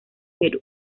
perú